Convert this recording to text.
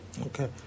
Okay